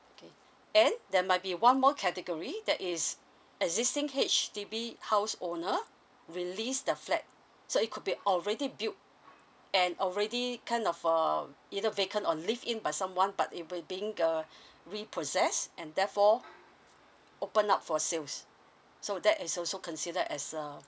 okay there might be one more category that is existing H_D_B house owner release the flat so it could be already built and already kind of err either vacant or live in by someone but it will being err reprocess and therefore open up for sales so that is also considered as uh